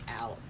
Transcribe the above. out